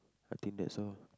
I think that's all